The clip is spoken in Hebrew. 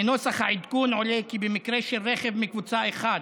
מנוסח העדכון עולה כי במקרה של רכב אחד מקבוצה 1,